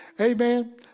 Amen